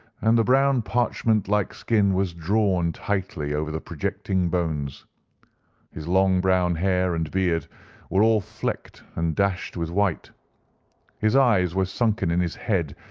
and the brown parchment-like skin was drawn tightly over the projecting bones his long, brown hair and beard were all flecked and dashed with white his eyes were sunken in his head,